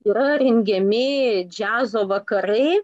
yra rengiami džiazo vakarai